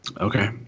Okay